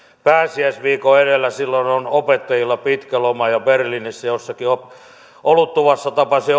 pääsiäisviikon edellä silloin on opettajilla pitkä loma ja berliinissä jossakin oluttuvassa tapasin